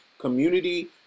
community